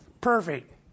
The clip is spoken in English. Perfect